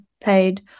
paid